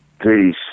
Peace